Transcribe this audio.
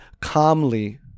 calmly